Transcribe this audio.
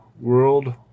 World